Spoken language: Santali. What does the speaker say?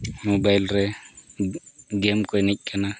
ᱢᱳᱵᱟᱭᱤᱞ ᱨᱮ ᱜᱮᱢ ᱠᱚ ᱮᱱᱮᱡ ᱠᱟᱱᱟ